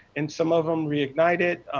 and some of them reignited,